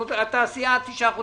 התעשייה תשעה חודשים.